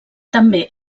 també